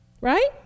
right